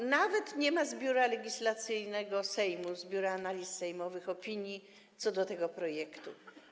Ponadto nie ma z Biura Legislacyjnego Sejmu, z Biura Analiz Sejmowych opinii co do tego projektu.